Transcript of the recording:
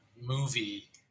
movie